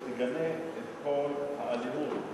שתגנה את כל האלימות,